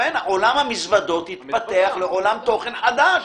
עולם המזוודות התפתח לעולם תוכן חדש.